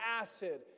acid